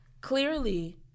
clearly